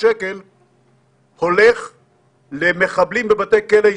שכשרוצים לפנות שטח שפלשו אליו שלא על פי החוק,